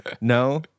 No